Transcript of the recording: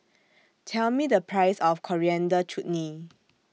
Tell Me The Price of Coriander Chutney